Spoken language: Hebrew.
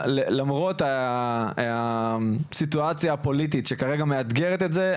למרות הסיטואציה הפוליטית שכרגע מאתגרת את זה,